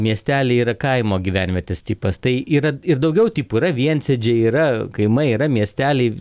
miesteliai yra kaimo gyvenvietės tipas tai yra ir daugiau tipų yra viensėdžiai yra kaimai yra miesteliai